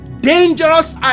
dangerous